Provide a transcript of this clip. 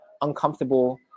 uncomfortable